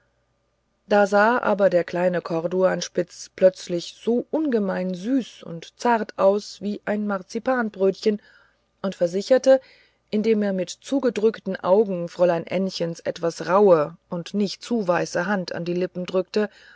da sah aber der kleine corduanspitz plötzlich so ungemein süß und zart aus wie ein marzipanbrötchen und versicherte indem er mit zugedrückten augen fräulein ännchens etwas rauhe und nicht zu weiße hand an die lippen drückte